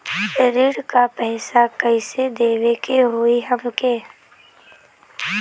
ऋण का पैसा कइसे देवे के होई हमके?